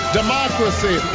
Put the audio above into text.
democracy